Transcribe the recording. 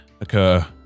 occur